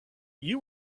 you